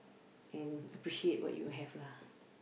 and appreciate what you have lah